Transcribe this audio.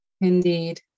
Indeed